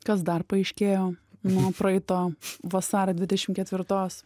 kas dar paaiškėjo nuo praeito vasario dvidešimt ketvirtos